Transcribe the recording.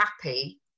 happy